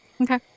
Okay